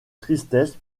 tristesse